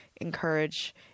encourage